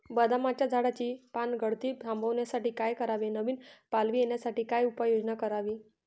बदामाच्या झाडाची पानगळती थांबवण्यासाठी काय करावे? नवी पालवी येण्यासाठी काय उपाययोजना करावी?